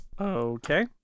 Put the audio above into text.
Okay